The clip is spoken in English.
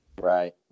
Right